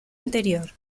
anterior